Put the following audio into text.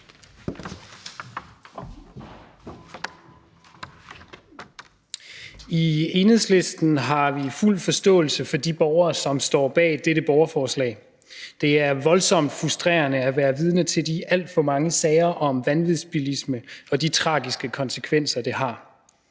I Enhedslisten har vi fuld forståelse for de borgere, der står bag dette borgerforslag. Det er voldsomt frustrerende at være vidne til de alt for mange sager om vanvidsbilisme og de tragiske konsekvenser, som det har.